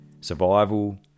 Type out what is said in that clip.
survival